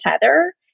Tether